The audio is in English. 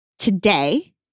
Today